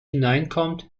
hineinkommt